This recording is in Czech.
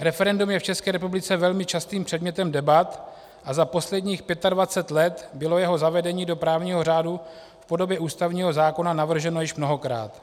Referendum je v České republice velmi častým předmětem debat a za posledních 25 let bylo jeho zavedení do právního řádu v podobě ústavního zákona navrženo již mnohokrát.